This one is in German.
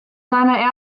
seiner